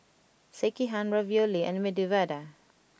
Sekihan Ravioli and Medu Vada